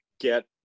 get